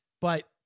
but-